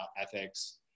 ethics